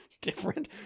Different